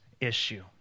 issue